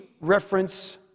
reference